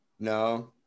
No